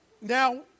Now